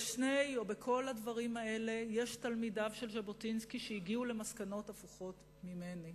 בכל הדברים האלה יש תלמידים של ז'בוטינסקי שהגיעו למסקנות הפוכות משלי,